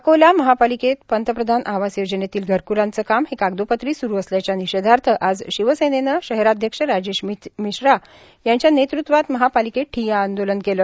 अकोला महापालिकेत पंतप्रधान आवास योजनेतील घरकूलांचे कामे हे कागदोपत्री सुरु असल्याच्या निषेधार्थ आज शिवसेनेने शहराध्यक्ष राजेश मिश्रा यांच्या नेतृत्वात महापालिकेत ठिय्या आंदोलन केले